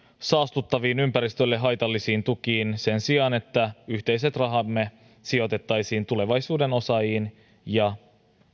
saastuttaviin ympäristölle haitallisiin tukiin sen sijaan että yhteiset rahamme sijoitettaisiin tulevaisuuden osaajiin ja